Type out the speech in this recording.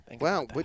Wow